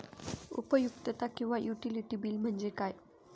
उपयुक्तता किंवा utility bill म्हणजे काय?